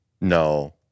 No